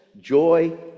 joy